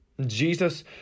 Jesus